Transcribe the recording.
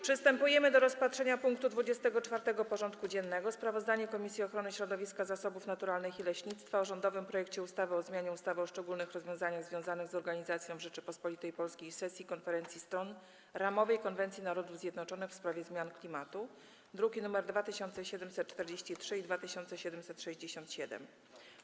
Przystępujemy do rozpatrzenia punktu 24. porządku dziennego: Sprawozdanie Komisji Ochrony Środowiska, Zasobów Naturalnych i Leśnictwa o rządowym projekcie ustawy o zmianie ustawy o szczególnych rozwiązaniach związanych z organizacją w Rzeczypospolitej Polskiej sesji Konferencji Stron Ramowej konwencji Narodów Zjednoczonych w sprawie zmian klimatu (druki nr 2743 i 2763)